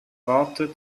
worte